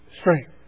strength